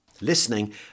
Listening